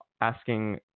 asking